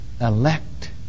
elect